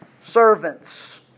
servants